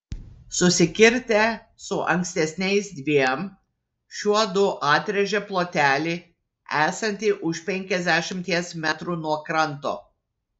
susikirtę su ankstesniais dviem šiuodu atrėžė plotelį esantį už penkiasdešimties metrų nuo kranto